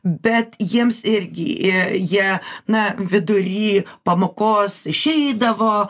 bet jiems irgi jie na vidury pamokos išeidavo